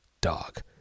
dog